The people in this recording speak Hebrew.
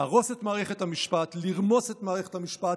להרוס את מערכת המשפט, לרמוס את מערכת המשפט,